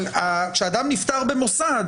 אבל כשאדם נפטר במוסד,